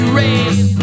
race